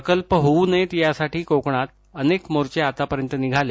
प्रकल्प होऊ नयेत यासाठी कोकणात अनेक मोर्चे आतापर्यंत निघाले